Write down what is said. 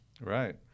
Right